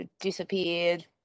disappeared